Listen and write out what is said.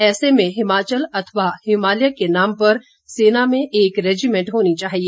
ऐसे में हिमाचल अथवा हिमालय के नाम पर सेना में एक रेजिमेंट होनी चाहिए